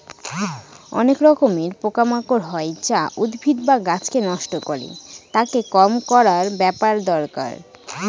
অনেক রকমের পোকা মাকড় হয় যা উদ্ভিদ বা গাছকে নষ্ট করে, তাকে কম করার ব্যাপার দরকার